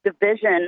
division